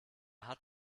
hat